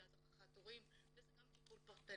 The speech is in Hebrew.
זה הדרכת הורים וזה גם טיפול פרטני.